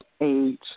age